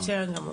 בסדר גמור.